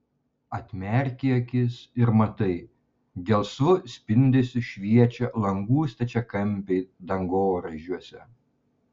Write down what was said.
atmerki akis ir matai gelsvu spindesiu šviečia langų stačiakampiai dangoraižiuose